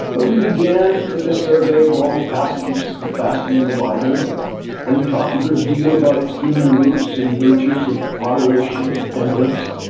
but we began with a survey of all the passages on and fasting in the bible and and we talked a good deal about its human roots and the virtues of moderation and temperance.